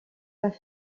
pas